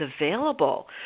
available